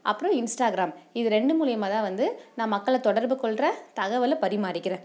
அப்புறம் இன்ஸ்ட்டாகிராம் இது ரெண்டு மூலியமா தான் வந்து நான் மக்களை தொடர்புக்கொள்கிறேன் தகவலை பரிமாறிக்கிறேன்